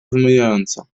wymijająco